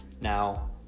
Now